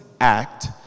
act